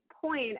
point